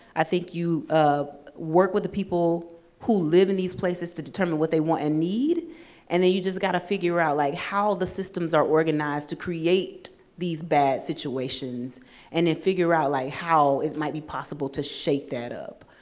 i think you ah work with the people who live in these places to determine what they want and need and then you just gotta figure out like how the systems are organized to create these bad situations and then figure out like how it might be possible to shake that up.